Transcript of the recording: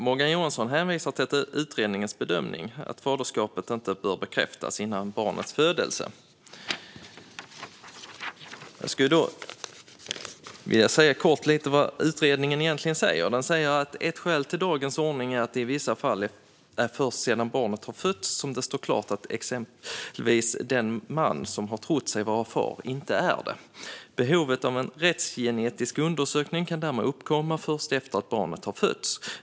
Morgan Johansson hänvisar till utredningens bedömning, att faderskapet inte bör bekräftas före barnets födelse. Jag vill då kortfattat redogöra för vad utredningen egentligen säger, nämligen: Ett skäl till dagens ordning är att det i vissa fall är först sedan barnet har fötts som det står klart att exempelvis den man som har trott sig vara far inte är det. Behovet av en rättsgenetisk undersökning kan därmed uppkomma först efter att barnet har fötts.